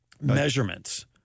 measurements